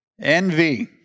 envy